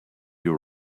your